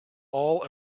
all